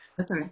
Okay